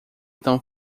tão